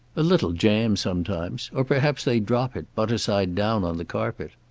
a little jam, sometimes. or perhaps they drop it, butter side down, on the carpet.